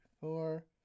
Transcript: four